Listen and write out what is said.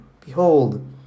Behold